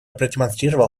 продемонстрировал